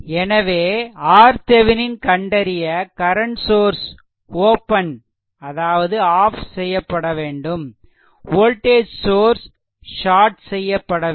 எனவே RThevenin கண்டறிய current source open அதாவது ஆஃப் செய்ய வேண்டும் வோல்டேஜ் சோர்ஸ் ஷார்ட் செய்ய வேண்டும்